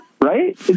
Right